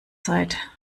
seid